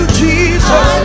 jesus